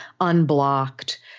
unblocked